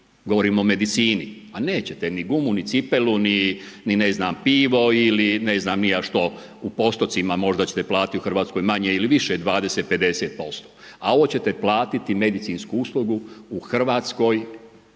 govorim o medicini, a nećete ni gumu ni cipelu, ni ne znam pivo ili ne znam ni ja što u postocima možda ćete platiti u Hrvatskoj manje ili više 20, 50%, a ovo ćete platiti medicinsku uslugu u Hrvatskoj